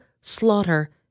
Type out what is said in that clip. slaughter